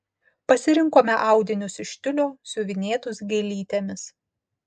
pasirinkome audinius iš tiulio siuvinėtus gėlytėmis